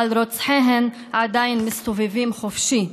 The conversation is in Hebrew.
אבל רוצחיהן עדיין מסתובבים חופשי.